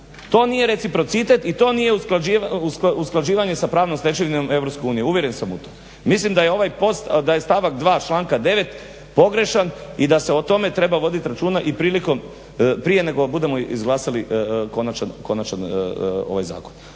to nije reciprocitet i to nije usklađivanje sa pravnom stečevinom EU. Uvjeren sam u to. Mislim da je ovo post, da je članak 2. stavka 9. pogrešan i da se o tome treba voditi računa i prilikom, prije nego budemo izglasali konačan ovaj zakon.